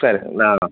சரி சரி நான்